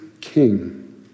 king